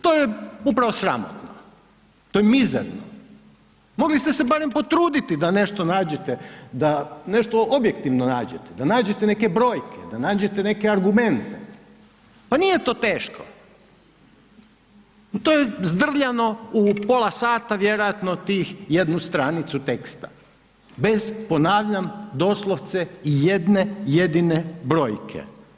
To je upravo sramotno, to je mizerno, mogli ste se barem potruditi da nešto nađete da nešto objektivno nađete, da nađete neke brojke, da nađete neke argumente, pa nije to teško to je zdrljano u pola sata ti vjerojatno tih jednu stranicu teksta, bez ponavljam doslovce i jedne jedine brojke.